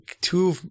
two